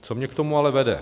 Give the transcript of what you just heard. Co mě k tomu ale vede?